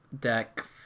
deck